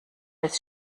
das